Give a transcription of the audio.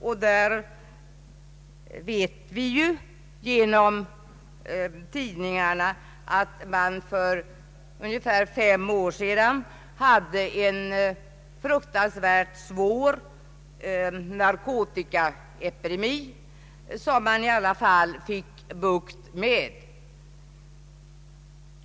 Genom pressen vet vi att man i Japan för ungefär fem år sedan hade ett fruktansvärt svår narkotikaepidemi, som man i alla fall i stort sett fick bukt med.